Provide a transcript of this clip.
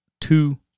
two